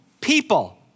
people